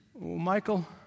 Michael